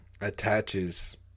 attaches